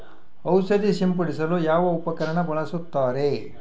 ಔಷಧಿ ಸಿಂಪಡಿಸಲು ಯಾವ ಉಪಕರಣ ಬಳಸುತ್ತಾರೆ?